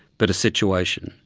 but a situation